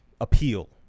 appeal